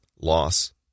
loss